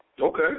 Okay